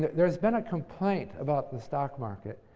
there's been a complaint about the stock market,